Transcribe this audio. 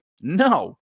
No